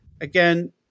again